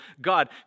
God